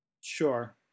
Sure